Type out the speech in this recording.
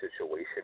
situation